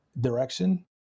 direction